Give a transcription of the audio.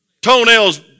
toenails